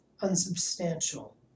unsubstantial